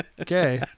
Okay